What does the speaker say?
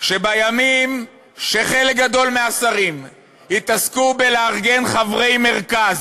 בימים שחלק גדול מהשרים התעסקו בלארגן חברי מרכז,